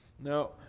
No